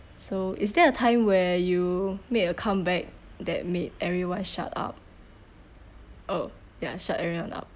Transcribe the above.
so is there a time where you made a comeback that made everyone shut up oh ya shut everyone up